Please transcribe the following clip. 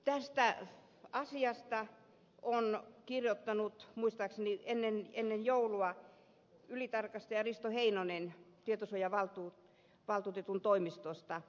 tästä asiasta on kirjoittanut muistaakseni ennen joulua ylitarkastaja risto heinonen tietosuojavaltuutetun toimistosta